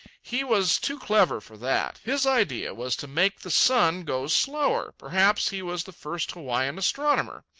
he was too clever for that. his idea was to make the sun go slower. perhaps he was the first hawaiian astronomer.